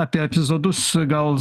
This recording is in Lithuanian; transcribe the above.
apie epizodus gal